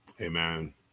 Amen